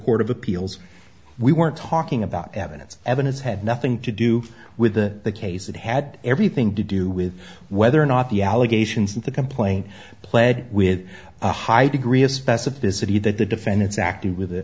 court of appeals we weren't talking about evidence evidence had nothing to do with the case it had everything to do with whether or not the allegations in the complaint pled with a high degree of specificity that the defendants acted with the